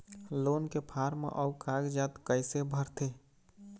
Loan के form अऊ कागजात कइसे भरथें?